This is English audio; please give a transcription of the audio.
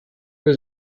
was